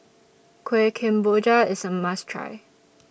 Kueh Kemboja IS A must Try